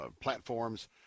platforms